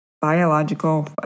biological